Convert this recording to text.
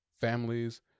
families